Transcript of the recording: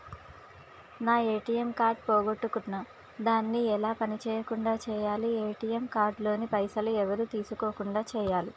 నా ATM card పోగొట్టుకున్నా దాన్ని ఎలా పని చేయకుండా చేయాలి ఏ.టి.ఎమ్ కార్డు లోని పైసలు ఎవరు తీసుకోకుండా చేయాలి?